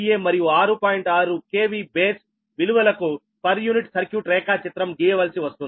6 KV base విలువలకు per unit circuit రేఖాచిత్రం గీయ వలసి వస్తుంది